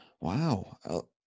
Wow